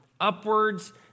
Upwards